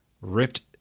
ripped